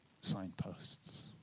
signposts